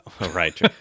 right